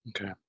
Okay